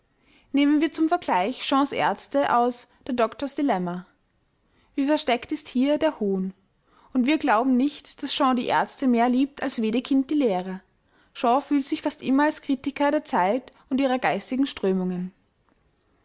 nehmen wir zum vergleich shaws ärzte aus the doctor's dilemma wie versteckt ist hier der hohn und wir glauben nicht daß shaw die ärzte mehr liebt als wedekind die lehrer shaw fühlt sich fast immer als kritiker der zeit und ihrer geistigen strömungen